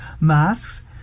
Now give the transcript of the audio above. masks